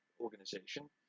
organization